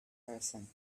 person